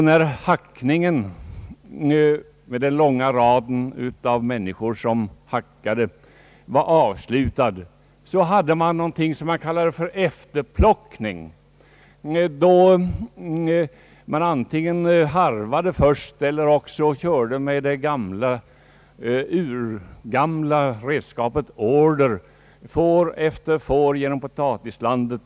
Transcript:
När hackningen — med den långa raden av människor som hackade — var avslutad hade man någonting som man kallade för efterplockning, då man antingen harvade eller körde med det urgamla redskapet årder, fåra efter fåra, genom potatislandet.